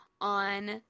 on